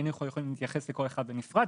היינו יכולים להתייחס לכל אחת בנפרד.